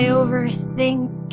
overthink